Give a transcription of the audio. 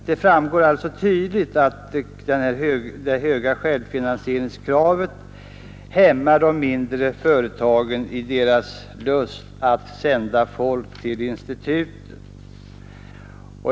Det framgår alltså tydligt att det höga självfinansieringskravet hämmar de mindre företagen i deras lust att sända folk till institutet.